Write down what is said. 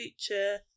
future